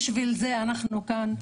בשביל זה אנחנו כאן,